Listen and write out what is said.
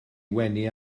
wenu